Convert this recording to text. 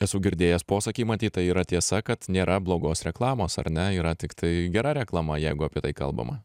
esu girdėjęs posakį matyt tai yra tiesa kad nėra blogos reklamos ar ne yra tiktai gera reklama jeigu apie tai kalbama